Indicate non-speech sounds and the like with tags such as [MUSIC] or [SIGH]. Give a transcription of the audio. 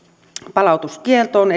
palautuskieltoon [UNINTELLIGIBLE]